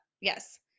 yes